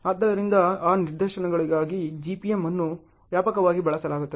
ಆದ್ದರಿಂದ ಆ ನಿದರ್ಶನಗಳಿಗಾಗಿ GPM ಅನ್ನು ವ್ಯಾಪಕವಾಗಿ ಬಳಸಲಾಗುತ್ತದೆ